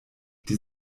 die